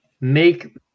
make